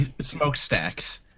smokestacks